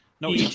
No